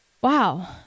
wow